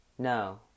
No